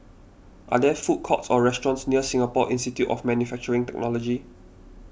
are there food courts or restaurants near Singapore Institute of Manufacturing Technology